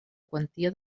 quantia